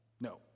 No